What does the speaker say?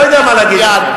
לא יודע מה להגיד לכם.